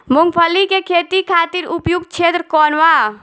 मूँगफली के खेती खातिर उपयुक्त क्षेत्र कौन वा?